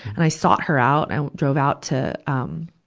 and i sought her out. i drove out to, um,